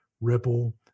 Ripple